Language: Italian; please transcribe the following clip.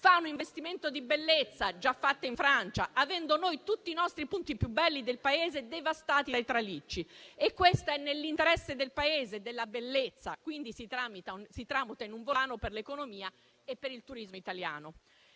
fa un investimento di bellezza, già fatto in Francia, avendo noi tutti i nostri punti più belli del Paese devastati dai tralicci. Questo è nell'interesse del Paese e della bellezza, quindi si tramuta in un volano per l'economia e il turismo italiani.